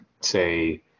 say